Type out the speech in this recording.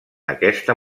aquesta